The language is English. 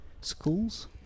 schools